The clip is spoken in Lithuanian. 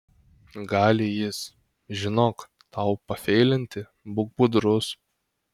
gali jis žinok tau pafeilinti būk budrus